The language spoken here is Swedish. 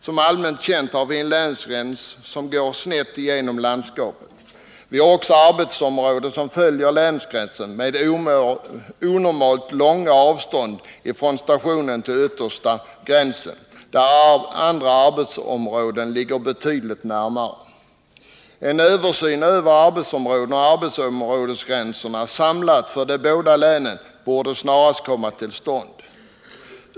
Som bekant har vi en länsgräns som går snett igenom landskapet. Vi har också arbetsområden som följer länsgränsen med onormalt långa avstånd från stationen till yttersta gränsen, där andra arbetsområden ligger betydligt närmare. En samlad översyn över arbetsområdena och arbetsområdesgränserna för de båda länen borde snarast komma till stånd.